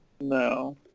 No